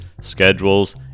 schedules